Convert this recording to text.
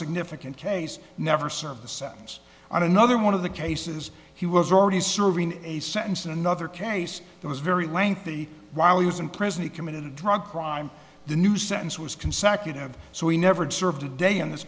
significant case never serve the sentence on another one of the cases he was already serving a sentence in another case that was very lengthy while he was in prison he committed a drug crime the new sentence was consecutive so he never served a day in this